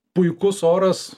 puikus oras